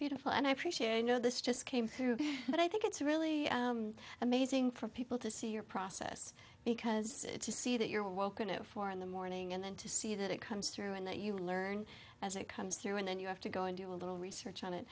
beautiful and i appreciate you know this just came through and i think it's really amazing for people to see your process because to see that you're welcome to four in the morning and then to see that it comes through and that you learn as it comes through and then you have to go and do a little research on it